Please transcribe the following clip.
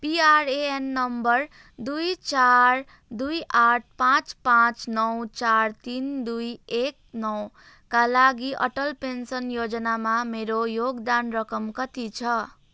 PRAN number दुई चार दुई आठ पाँच पाँच नौ चार तिन दुई एक नौ का लागि अटल पेन्सन योजनामा मेरो योगदान रकम कति छ